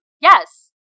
Yes